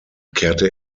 kehrte